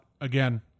Again